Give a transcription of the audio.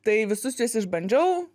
tai visus juos išbandžiau